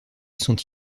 sont